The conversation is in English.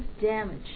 damage